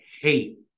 hate